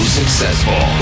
successful